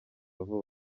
vuba